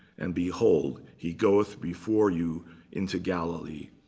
and behold, he goeth before you into galilee.